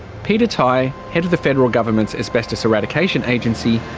peter tighe, head of the federal government's asbestos eradication agency,